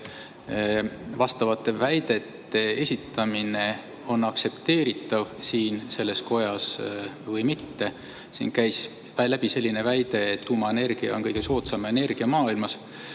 mittevastavate väidete esitamine on aktsepteeritav siin kojas või mitte. Siin käis läbi selline väide, et tuumaenergia on kõige soodsam energia maailmas.